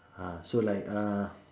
ah so like uh